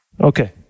Okay